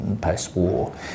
post-war